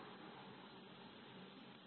Glossary WORD MEANING Thankyou ధన్యవాదాలు